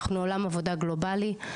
אנחנו עולם עבודה גלובלי,